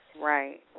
right